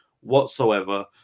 whatsoever